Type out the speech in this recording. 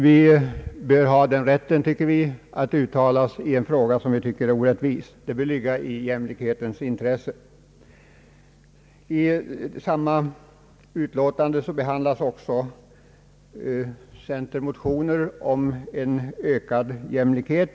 Vi anser att riksdagen bör ha rätt att uttala sig i en fråga som gäller att undanröja en orättvisa — det bör ligga i jämlikhetens intresse. I föreliggande utlåtande behandlas också centerpartimotioner om en ökad jämlikhet.